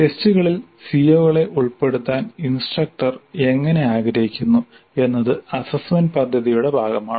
ടെസ്റ്റുകളിൽ സിഒകളെ ഉൾപ്പെടുത്താൻ ഇൻസ്ട്രക്ടർ എങ്ങനെ ആഗ്രഹിക്കുന്നു എന്നത് അസ്സസ്സ്മെന്റ് പദ്ധതിയുടെ ഭാഗമാണ്